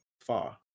far